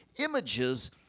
images